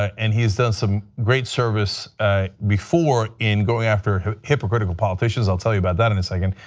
and he has done some great service before in going after hypocritical politicians. i'll tell you about that in a second.